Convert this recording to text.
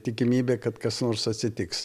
tikimybė kad kas nors atsitiks